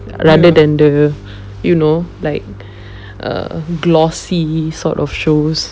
rather than the you know like uh glossy sort of shows like you know ya I don't know what this word trusted news also